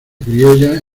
criolla